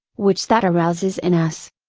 which that arouses in us.